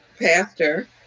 pastor